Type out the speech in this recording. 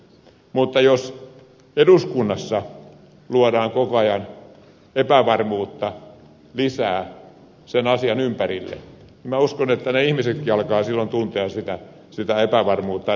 mutta jos eduskunnassa luodaan koko ajan epävarmuutta lisää sen asian ympärille niin minä uskon että ne ihmisetkin alkavat silloin tuntea sitä epävarmuutta